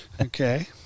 Okay